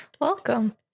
welcome